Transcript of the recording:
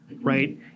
right